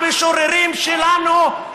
המשוררים שלנו,